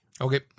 Okay